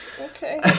Okay